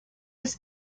his